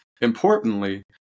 importantly